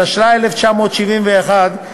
התשל"א 1971,